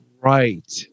right